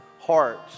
hearts